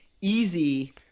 easy